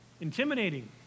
Intimidating